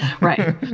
Right